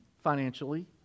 financially